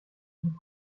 libres